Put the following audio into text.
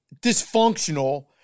dysfunctional